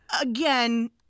again